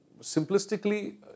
simplistically